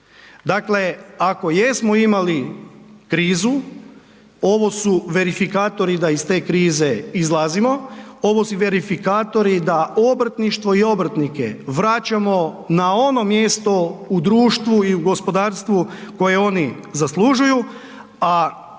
Dakle, ako jesmo imali krizu ovo su verifikatori da iz te krize izlazimo, ovo su verifikatori da obrtništvo i obrtnike vraćamo na ono mjesto u društvu i u gospodarstvu koje oni zaslužuju, a mehanizam